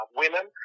women